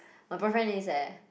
my boyfriend is eh